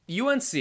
UNC